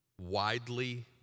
widely